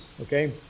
Okay